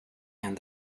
and